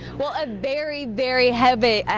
well a berry very hebby,